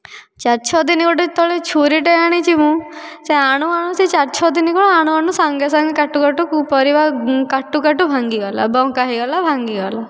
ଚାରି ଛ ଦିନ ଗୋଟେ ତଳେ ଛୁରୀଟେ ଆଣିଛି ମୁଁ ସେ ଆଣୁ ଆଣୁ ଚାରି ଛଅ ଦିନ କଣ ଆଣୁ ଆଣୁ ସେ ସାଙ୍ଗେ ସାଙ୍ଗେ କାଟୁ କାଟୁ ପରିବା କାଟୁ କାଟୁ ଭାଙ୍ଗିଗଲା ବଙ୍କା ହେଇଗଲା ଭାଙ୍ଗି ଗଲା